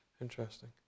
Interesting